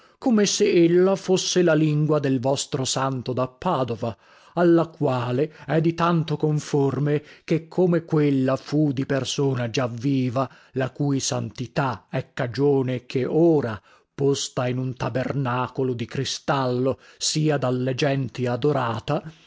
come se ella fosse la lingua del vostro santo da padova alla quale è di tanto conforme che come quella fu di persona già viva la cui santità è cagione che ora posta in un tabernacolo di cristallo sia dalle genti adorata